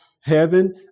Heaven